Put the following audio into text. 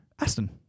Aston